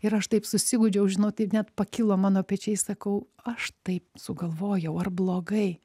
ir aš taip susigūdžiau žinau taip net pakilo mano pečiai sakau aš taip sugalvojau ar blogai